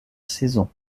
saison